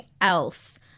else